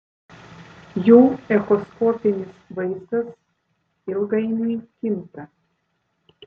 jų echoskopinis vaizdas ilgainiui kinta